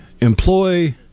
employ